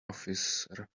officer